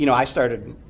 you know i started